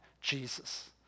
Jesus